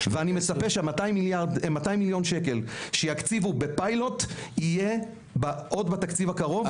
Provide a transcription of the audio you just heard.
ואני מצפה שה-200 מיליון ₪ שיוקצבו לפיילוט יהיו כבר בתקציב הקרוב.